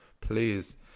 Please